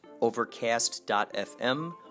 Overcast.fm